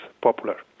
popular